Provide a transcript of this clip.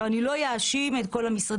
אני לא יאשים את כל המשרדים.